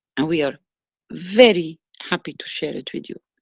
and we are very happy to share it with you.